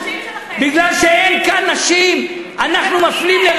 לביא, אני מבקשת לשבת.